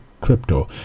crypto